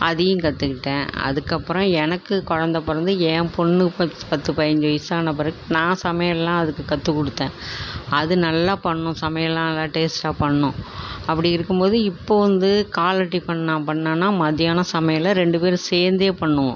அதையும் கற்றுக்கிட்டேன் அதுக்கப்புறோம் எனக்கு குழந்தை பிறந்து என் பெண்ணுக்கு பத்து பத்து பயிஞ்சு வயசான பிறகு நான் சமையலெல்லாம் அதுக்கு கற்றுக் கொடுத்தேன் அது நல்லா பண்ணும் சமையலெல்லாம் நல்லா டேஸ்ட்டாக பண்ணும் அப்படி இருக்கும் போது இப்போது வந்து காலை டிஃபன் நான் பண்ணிணன்னா மத்தியானோம் சமையலை ரெண்டு பேரும் சேர்ந்தே பண்ணுவோம்